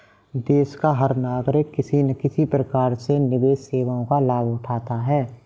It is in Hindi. देश का हर नागरिक किसी न किसी प्रकार से निवेश सेवाओं का लाभ उठाता है